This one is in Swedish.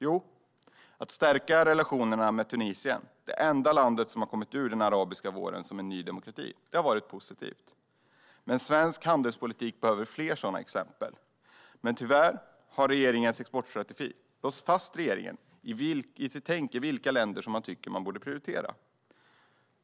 Jo, den har stärkt relationerna med Tunisien - det enda landet som kommit ur den arabiska våren som en ny demokrati. Det har varit positivt. Svensk handelspolitik skulle dock behöva fler sådana exempel, och tyvärr har regeringens exportstrategi låst fast regeringen i dess tänk på vilka länder som borde prioriteras.